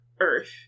Earth